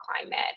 climate